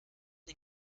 den